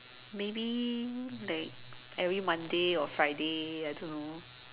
maybe like every Monday or Friday I don't know